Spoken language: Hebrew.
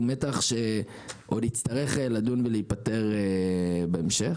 הוא מתח שעוד יצטרך לדון ולהיפתר בהמשך.